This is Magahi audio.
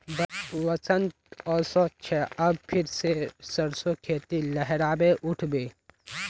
बसंत ओशो छे अब फिर से सरसो खेती लहराबे उठ बे